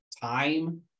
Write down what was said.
time